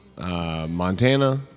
Montana